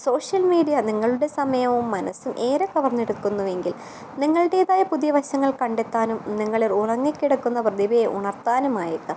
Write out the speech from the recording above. social media നിങ്ങളുടെ സമയവും മനസ്സും ഏറെ കവർന്നെടുക്കുന്നുവെങ്കിൽ നിങ്ങളുടേതായ പുതിയ വശങ്ങൾ കണ്ടെത്താനും നിങ്ങളിലുറങ്ങിക്കിടക്കുന്ന പ്രതിഭയെ ഉണർത്താനുമായേക്കാം